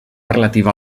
relativa